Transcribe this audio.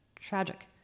tragic